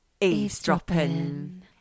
eavesdropping